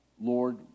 Lord